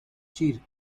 circa